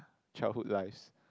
childhood lives